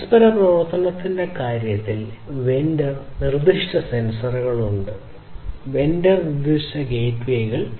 പരസ്പര പ്രവർത്തനത്തിന്റെ കാര്യത്തിൽ വെണ്ടർ നിർദ്ദിഷ്ട സെൻസറുകൾ ഉണ്ട് വെണ്ടർ നിർദ്ദിഷ്ട ഗേറ്റ്വേകൾ